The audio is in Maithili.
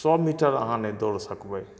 सए मीटर अहाँ नहि दौड़ सकबै